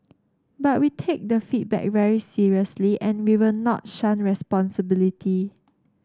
but we take the feedback very seriously and we will not shun responsibility